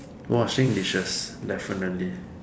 washing dishes definitely